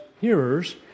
hearers